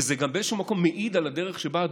וזה גם באיזשהו מקום מעיד על הדרך שבה,